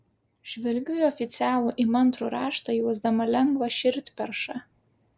žvelgiu į oficialų įmantrų raštą jausdama lengvą širdperšą